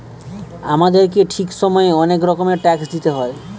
আমাদেরকে ঠিক সময়ে অনেক রকমের ট্যাক্স দিতে হয়